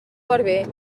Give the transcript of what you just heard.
barber